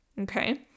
Okay